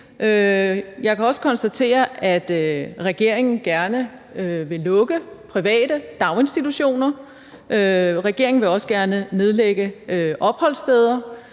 Jeg kan også konstatere, at regeringen gerne vil lukke private daginstitutioner. Regeringen vil også gerne nedlægge opholdssteder,